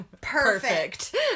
Perfect